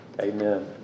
amen